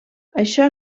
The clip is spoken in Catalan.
això